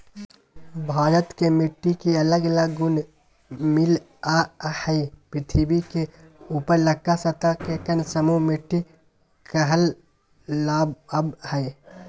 भारत के मिट्टी के अलग अलग गुण मिलअ हई, पृथ्वी के ऊपरलका सतह के कण समूह मिट्टी कहलावअ हई